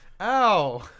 Ow